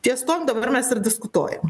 ties tuom dabar mes ir diskutuojam